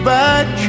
back